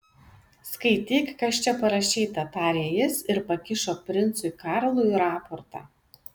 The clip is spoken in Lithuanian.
skaityk kas čia parašyta tarė jis ir pakišo princui karlui raportą